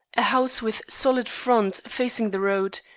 a house with solid front facing the road,